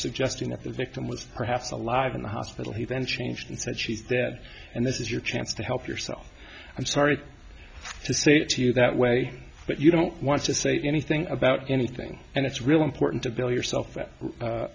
suggesting that the victim was perhaps a live in the hospital he then changed and said she's dead and this is your chance to help yourself i'm sorry to say it to you that way but you don't want to say anything about anything and it's really important to bill yourself